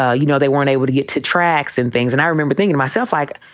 ah you know, they weren't able to get to tracks and things. and i remember thinking myself like,